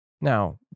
Now